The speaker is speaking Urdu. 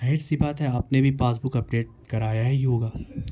ہاہر سی بات ہے آپ نے بھی پاس بک اپڈیٹ کرایا ہی ہوگا